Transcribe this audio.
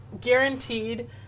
guaranteed